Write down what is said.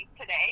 today